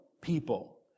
people